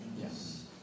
Yes